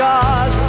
God